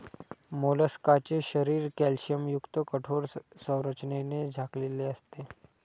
मोलस्काचे शरीर कॅल्शियमयुक्त कठोर संरचनेने झाकलेले असते